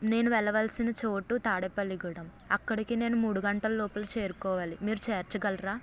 నేను వెళ్ళవలసిన చోటు తాడేపల్లిగూడెం అక్కడికి నేను మూడు గంటల లోపల చేరుకోవాలి మీరు చేర్చగలరా